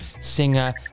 singer